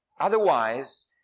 Otherwise